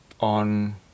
on